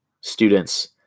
students